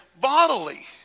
bodily